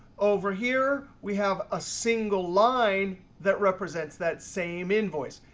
over here, we have a single line that represents that same invoice.